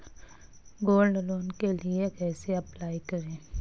Gold loan के लिए कैसे अप्लाई करें?